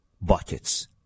buckets